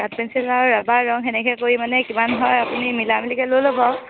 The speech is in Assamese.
কাঠ পেঞ্চিল আৰু ৰাবাৰ ৰং সেনেকৈ কৰি মানে কিমান হয় আপুনি মিল মিলিকৈ লৈ ল'ব আৰু